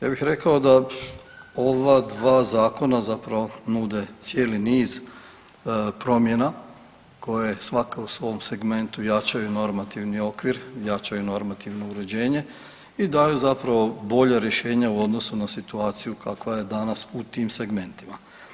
Ja bih rekao da ova dva zakona zapravo nude cijeli niz promjena koje svaka u svom segmentu jačaju normativni okvir, jačaju normativno uređenje i daju zapravo bolja rješenja u odnosu na situaciju kakva je danas u tim segmentima.